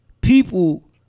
people